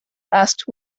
asked